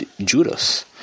Judas